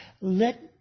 Let